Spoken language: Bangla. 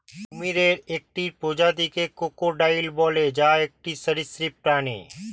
কুমিরের একটি প্রজাতিকে ক্রোকোডাইল বলে, যা একটি সরীসৃপ প্রাণী